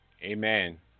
Amen